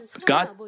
God